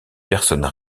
personnes